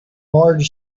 marge